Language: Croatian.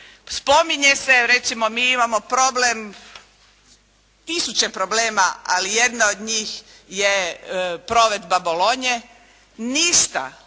spominje se. Evo recimo, mi imamo problem, tisuće problema, ali jedno od njih je provedba Bologne. Ništa o